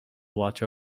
watch